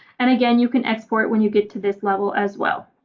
and again you can export when you get to this level as well.